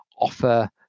offer